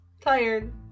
tired